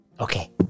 Okay